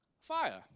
fire